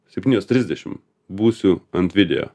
septynios trisdešim būsiu ant video